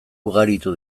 ugaritu